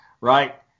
right